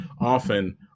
often